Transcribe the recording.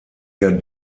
der